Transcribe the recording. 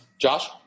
Josh